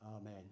Amen